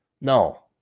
No